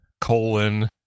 colon